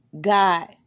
God